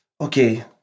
okay